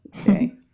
okay